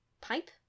pipe